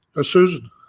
Susan